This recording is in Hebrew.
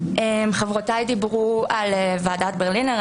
חברותיי דיברו על ועדת ברלינר,